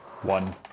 one